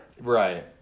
Right